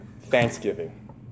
thanksgiving